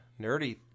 nerdy